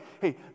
hey